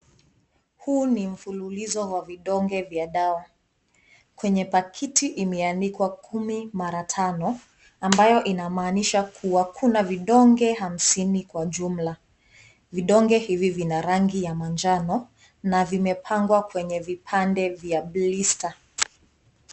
Huu ni mfululizo wa vidonge vya dawa. Kwenye pakiti imeandikwa kumi mara tano ambayo inamaanisha kuwa kuna vidonge hamsini kwa jumla. Vidonge hivi vina rangi ya manjano na vimepangwa kwenye vipande vya blister .